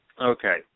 Okay